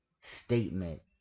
statement